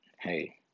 hey